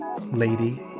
Lady